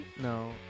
No